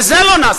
וזה לא נעשה,